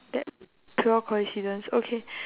that pure coincidence okay